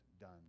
done